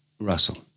Russell